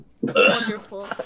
Wonderful